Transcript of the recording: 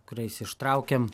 kuriais ištraukiam